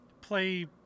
play